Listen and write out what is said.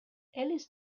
elis